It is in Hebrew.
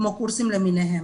כמו קורסים למיניהם.